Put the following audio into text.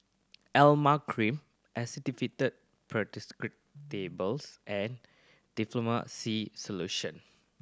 Emla Cream Actifed Pseudoephedrine Tablets and Difflam C Solution